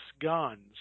guns